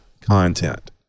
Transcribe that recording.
content